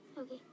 Okay